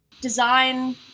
Design